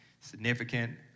significant